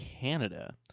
Canada